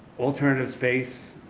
alternative space,